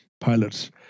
pilots